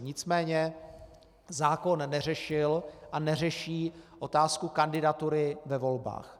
Nicméně zákon neřešil a neřeší otázku kandidatury ve volbách.